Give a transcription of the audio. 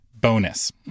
bonus